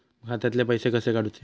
खात्यातले पैसे कसे काडूचे?